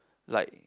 like